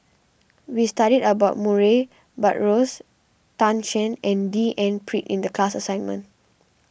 we studied about Murray Buttrose Tan Shen and D N Pritt in the class assignment